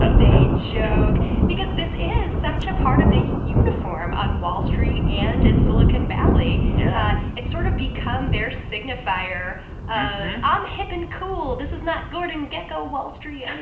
but day joke because this is such a part of the uniform on wall street and in silicon valley yeah it's sort of become their signifier of, i'm hip and cool. this is not gordon gekko wall street and